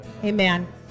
Amen